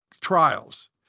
trials